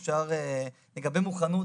תמיד אפשר לעשות יותר,